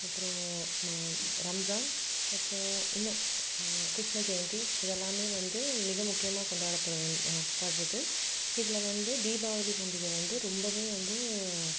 அப்புறம் ம ரம்ஜான் அப்புறம் இன்னும் கிருஷ்ண ஜெயந்தி இதெல்லாமே வந்து மிக முக்கியமாக கொண்டாடப்பட வேண் படுறது இதில் வந்து தீபாவளி பண்டிகை வந்து ரொம்பவே வந்து